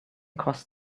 crossed